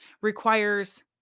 requires